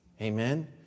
Amen